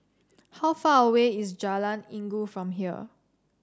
how far away is Jalan Inggu from here